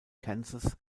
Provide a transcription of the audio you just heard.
kansas